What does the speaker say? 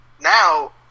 Now